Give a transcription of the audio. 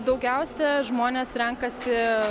daugiausia žmonės renkasi